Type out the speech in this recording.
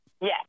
Yes